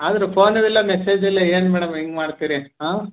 ಆದ್ರೂ ಫೋನೂ ಇಲ್ಲ ಮೆಸೇಜೂ ಇಲ್ಲ ಏನು ಮೇಡಮ್ ಹಿಂಗೆ ಮಾಡ್ತೀರಿ ಹಾಂ